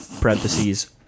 parentheses